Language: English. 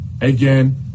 again